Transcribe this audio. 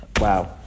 Wow